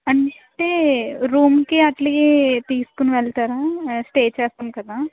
అంటే రూమ్కి అట్లే తీసుకుని వెళ్తారా స్టే చేస్తాం కదా